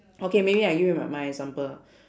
okay maybe I give you my my example